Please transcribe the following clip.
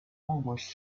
almost